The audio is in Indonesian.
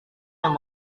yang